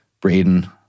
Braden